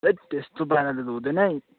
हैट यस्तो पाराले त हुँदैन है